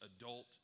adult